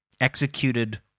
executed